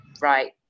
right